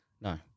No